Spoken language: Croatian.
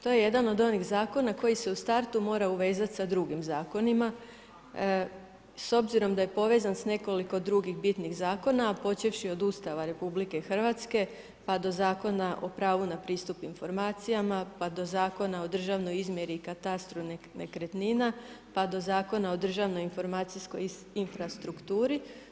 To je jedan od onih zakona, koji se u startu moraju uvezati sa drugim zakonima, s obzirom da je povezan s nekoliko drugih bitnih zakona, a počevši od Ustava RH, pa do Zakona o pravu na pristup informacijama, pa do Zakona o državnoj izmjeri i katastru nekretnina, pa do Zakona o državnoj informacijskoj infrastrukturi.